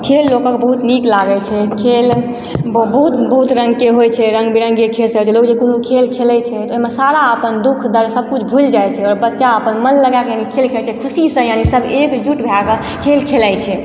खेल लोकक बहुत नीक लागय छै खेल बहुत बहुत रङ्गके होइ छै रङ्ग बिरङ्गके खेल सब होइ छै लोक कहय छै कोनो खेल खेलय छै तऽ ओइमे सारा अपन दुख दर्द सबकिछु भुलि जाइ छै आओर बच्चा अपन मन लगा कऽ यानी खेल खेलय छै खुशीसँ यानी सब एक जुट भए कऽ खेल खेलय छै